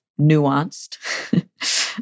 nuanced